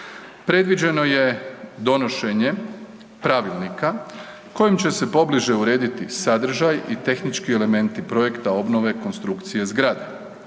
Predviđeno je donošenje pravilnika kojim će se pobliže urediti sadržaj i tehnički elementi projekta obnove konstrukcije zgrade,